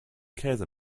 käse